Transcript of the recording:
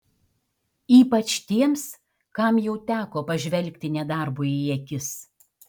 ypač tiems kam jau teko pažvelgti nedarbui į akis